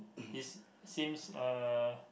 is seems uh